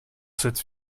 cette